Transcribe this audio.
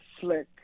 flick